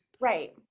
Right